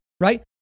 right